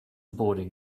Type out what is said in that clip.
boarding